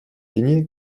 тени